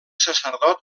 sacerdot